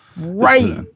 right